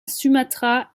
sumatra